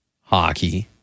hockey